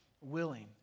willing